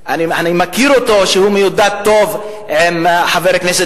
שאני מכיר אותו שהוא מיודד מאוד עם חבר הכנסת